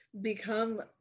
become